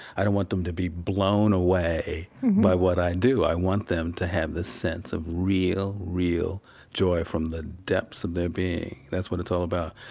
i don't want them to be blown away by what i do. i want them to have this sense of real, real joy from the depths of their being. that's what it's all about,